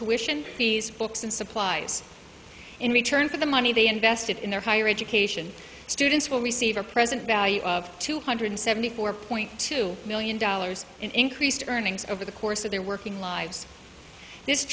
tuition fees books and supplies in return for the money they invested in their higher education students will receive a present value of two hundred seventy four point two million dollars in increased earnings over the course of their working lives